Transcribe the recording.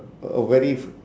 a very f~